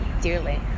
dearly